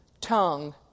Tongue